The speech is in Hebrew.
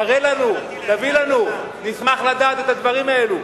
תראה לנו, תביא לנו, נשמח לדעת את הדברים האלה.